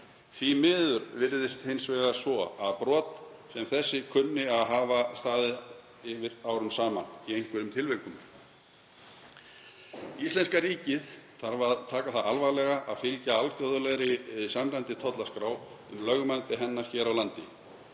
Því miður virðist hins vegar svo að brot sem þessi kunni að hafa staðið yfir árum saman í einhverjum tilvikum. Íslenska ríkið þarf að taka það alvarlega að fylgja alþjóðlegri samræmdri tollskrá og lögmæti hennar hér á landi.